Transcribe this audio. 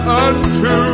unto